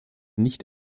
nicht